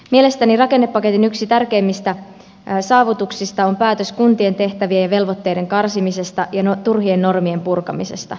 mielestäni rakennepaketin yksi tärkeimmistä saavutuksista on päätös kuntien tehtävien ja velvoitteiden karsimisesta ja turhien normien purkamisesta